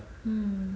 mm